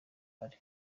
kare